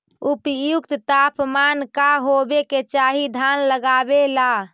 उपयुक्त तापमान का होबे के चाही धान लगावे ला?